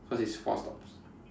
cause it's four stops